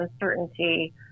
uncertainty